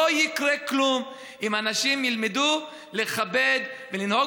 לא יקרה כלום אם אנשים ילמדו לכבד ולנהוג